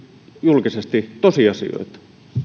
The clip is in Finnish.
julkisesti tosiasioita